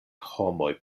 homoj